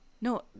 No